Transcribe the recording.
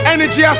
Energy